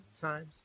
times